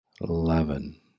eleven